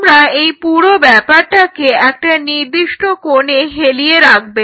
তোমরা এই পুরো ব্যাপারটাকে একটা নির্দিষ্ট কোনে হেলিয়ে রাখবে